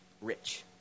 rich